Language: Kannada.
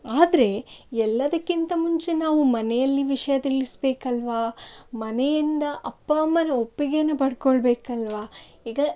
ಆದರೆ ಎಲ್ಲದಕ್ಕಿಂತ ಮುಂಚೆ ನಾವು ಮನೆಯಲ್ಲಿ ವಿಷಯ ತಿಳಿಸಬೇಕಲ್ವಾ ಮನೆಯಿಂದ ಅಪ್ಪ ಅಮ್ಮರ ಒಪ್ಪಿಗೆಯನ್ನು ಪಡ್ಕೊಳ್ಬೇಕಲ್ವಾ ಈಗ